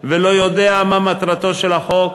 ולא יודע מה מטרתו של החוק,